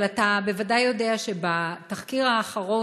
אבל אתה בוודאי יודע שבתחקיר האחרון